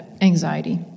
anxiety